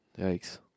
Yikes